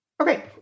Okay